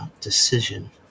decision